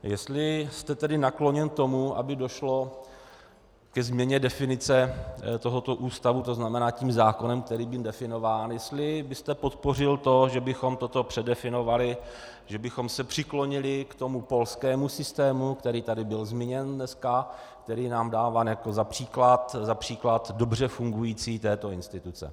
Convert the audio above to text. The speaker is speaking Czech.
Jestli jste tedy nakloněn tomu, aby došlo ke změně definice tohoto ústavu, to znamená, tím zákonem, který byl definován, jestli byste podpořil to, že bychom toto předefinovali, že bychom se přiklonili k tomu polskému systému, který tady byl zmíněn dneska, který je nám dáván jako za příklad, za příklad dobře fungující této instituce.